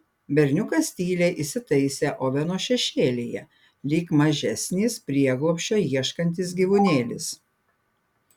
berniukas tyliai įsitaisė oveno šešėlyje lyg mažesnis prieglobsčio ieškantis gyvūnėlis